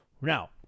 Now